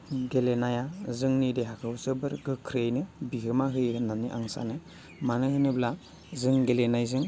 गेलेनाया जोंनि देहाखौ जोबोर गोख्रैयैनो बिहोमा होयो होन्नानै आं सानो मानो होनोब्ला जों गेलेनायजों